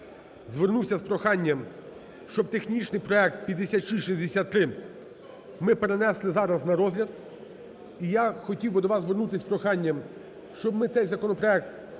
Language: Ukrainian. звернувся з проханням, щоб технічний проект 5663 ми перенесли зараз на розгляд. І я хотів би до вас звернутися з проханням, щоб ми цей законопроект